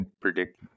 predict